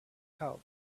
help